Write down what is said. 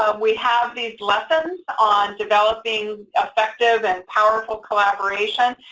um we have these lessons on developing effective and powerful collaboration.